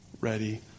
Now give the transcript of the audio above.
ready